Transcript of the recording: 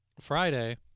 Friday